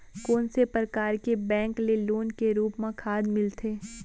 कोन से परकार के बैंक ले लोन के रूप मा खाद मिलथे?